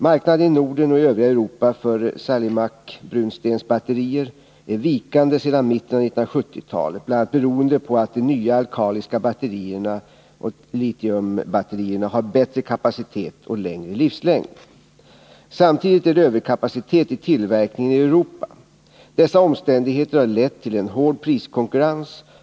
Marknaden i Norden och i övriga Europa för salmiakbrunstensbatterier är vikande sedan mitten av 1970-talet, bl.a. beroende på att de nya alkaliska batterierna och litiumbatterierna har bättre kapacitet och längre livslängd. Samtidigt är det överkapacitet i tillverkningen i Europa. Dessa omständigheter har lett till en hård priskonkurrens.